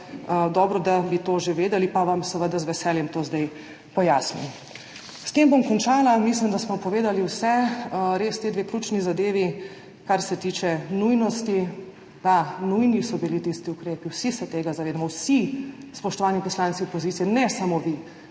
dobro, da bi to že vedeli, pa vam seveda z veseljem to zdaj pojasnim. S tem bom končala, mislim, da smo povedali vse. Res, ti dve ključni zadevi, kar se tiče nujnosti, da, nujni so bili tisti ukrepi, vsi se tega zavedamo, vsi, spoštovani poslanci opozicije, ne samo vi,